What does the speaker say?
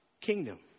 kingdom